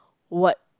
what